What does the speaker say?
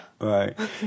Right